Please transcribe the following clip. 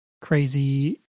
crazy